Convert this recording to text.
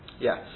yes